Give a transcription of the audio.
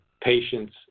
patients